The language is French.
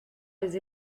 les